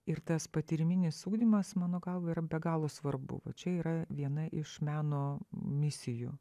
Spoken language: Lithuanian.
ir tas patyriminis ugdymas mano galva yra be galo svarbu va čia yra viena iš meno misijų